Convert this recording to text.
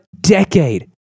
decade